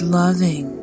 loving